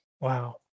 wow